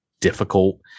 difficult